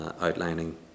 outlining